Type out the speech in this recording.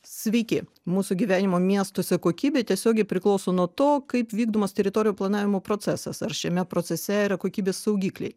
sveiki mūsų gyvenimo miestuose kokybė tiesiogiai priklauso nuo to kaip vykdomas teritorijų planavimo procesas ar šiame procese yra kokybės saugikliai